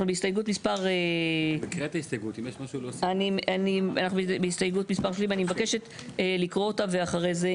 אנחנו בהסתייגות מספר 30. אני מבקשת לקרוא אותה ואחרי זה,